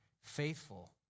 faithful